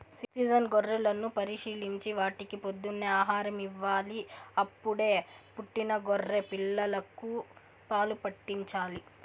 season గొర్రెలను పరిశీలించి వాటికి పొద్దున్నే ఆహారం ఇవ్వాలి, అప్పుడే పుట్టిన గొర్రె పిల్లలకు పాలు పాట్టించాలి